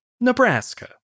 Nebraska